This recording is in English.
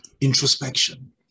introspection